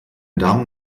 damen